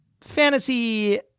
fantasy